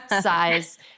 size